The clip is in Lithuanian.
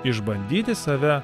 išbandyti save